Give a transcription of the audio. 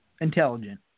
intelligent